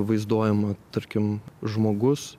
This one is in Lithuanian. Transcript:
vaizduojama tarkim žmogus